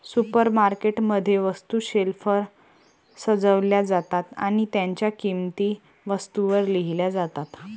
supermarket मध्ये, वस्तू शेल्फवर सजवल्या जातात आणि त्यांच्या किंमती वस्तूंवर लिहिल्या जातात